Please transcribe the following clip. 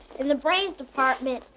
in the brains department,